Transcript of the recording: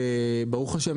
ברוך השם,